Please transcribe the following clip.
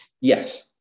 Yes